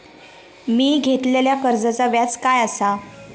मी घेतलाल्या कर्जाचा व्याज काय आसा?